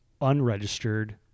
unregistered